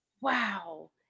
Wow